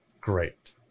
great